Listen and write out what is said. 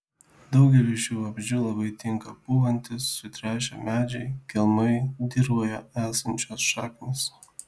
daugeliui šių vabzdžių labai tinka pūvantys sutrešę medžiai kelmai dirvoje esančios šaknys